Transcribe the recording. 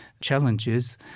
challenges